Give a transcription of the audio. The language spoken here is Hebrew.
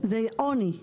זה עוני.